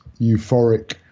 euphoric